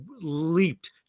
leaped